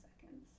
seconds